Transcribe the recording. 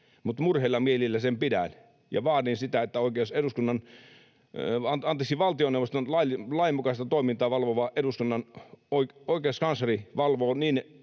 Mutta murheilla mielin sen pidän ja vaadin sitä, että valtioneuvoston lainmukaista toimintaa valvova eduskunnan oikeuskansleri valvoo